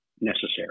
necessary